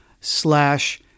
slash